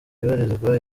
ibarizwa